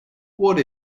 what